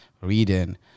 reading